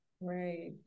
Right